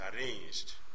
arranged